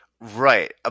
Right